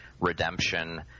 redemption